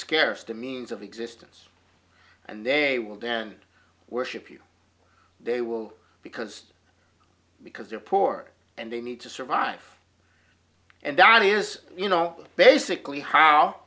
scarce the means of existence and they will then worship you they will because because they're poor and they need to survive and die is you know basically how